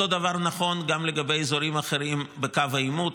אותו דבר נכון גם לגבי אזורים אחרים בקו העימות.